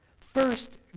First